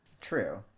True